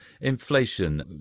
Inflation